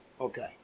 Okay